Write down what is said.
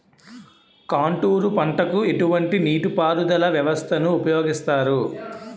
Contour పంటకు ఎటువంటి నీటిపారుదల వ్యవస్థను ఉపయోగిస్తారు?